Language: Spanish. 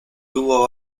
tuvo